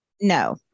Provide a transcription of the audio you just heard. no